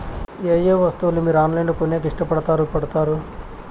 ఏయే వస్తువులను మీరు ఆన్లైన్ లో కొనేకి ఇష్టపడుతారు పడుతారు?